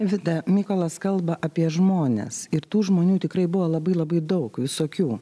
vida mykolas kalba apie žmones ir tų žmonių tikrai buvo labai labai daug visokių